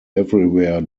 everywhere